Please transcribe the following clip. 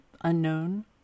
unknown